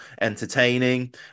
entertaining